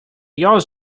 yours